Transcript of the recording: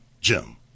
Jim